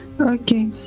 okay